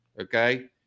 okay